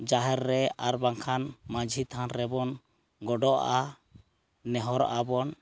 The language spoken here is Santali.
ᱡᱟᱦᱮᱨ ᱨᱮ ᱟᱨᱵᱟᱝᱠᱷᱟᱱ ᱢᱟᱺᱡᱷᱤ ᱛᱷᱟᱱ ᱨᱮᱵᱚᱱ ᱜᱚᱰᱚᱜᱼᱟ ᱱᱮᱦᱚᱨᱚᱜ ᱟᱵᱚᱱ